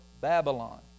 Babylon